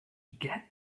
get